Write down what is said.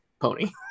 pony